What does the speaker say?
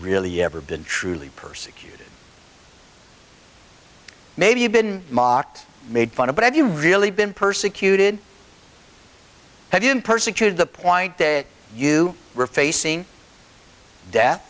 really ever been truly persecuted maybe you've been mocked made fun of but if you really been persecuted have you been persecuted the point that you were facing death